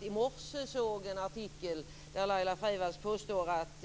I morse såg jag en artikel där Laila Freivalds påstår att